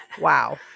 wow